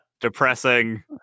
depressing